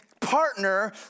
partner